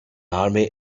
army